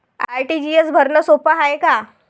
RTGS भरनं सोप हाय का?